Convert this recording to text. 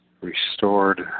restored